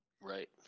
Right